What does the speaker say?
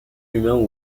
humain